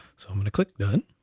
so i'm gonna click done.